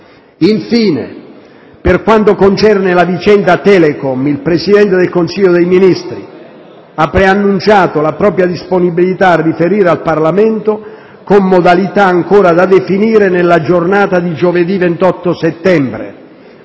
Infine, per quanto concerne la vicenda Telecom, il Presidente del Consiglio dei ministri ha preannunciato la propria disponibilità a riferire al Parlamento, con modalità ancora da definire, nella giornata di giovedì 28 settembre.